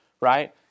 right